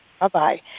Bye-bye